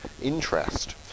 interest